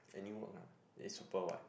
any work lah that is super what